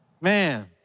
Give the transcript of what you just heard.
Man